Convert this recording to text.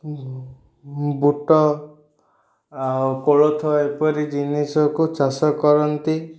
ବୁଟ ଆଉ କୋଳଥ ଏପରି ଜିନିଷକୁ ଚାଷ କରନ୍ତି